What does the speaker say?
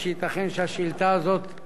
עבר זמנה ובטל קורבנה,